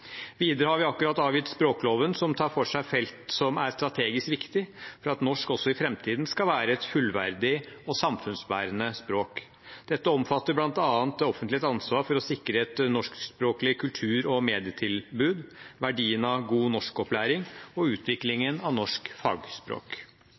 Videre har vi akkurat avgitt språkloven, som tar for seg felt som er strategisk viktige for at norsk også i framtiden skal være et fullverdig og samfunnsbærende språk. Dette omfatter bl.a. det offentliges ansvar for å sikre et norskspråklig kultur- og medietilbud, verdien av god norskopplæring og